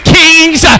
kings